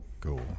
cool